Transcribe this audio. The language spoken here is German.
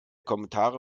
kommentare